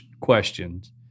questions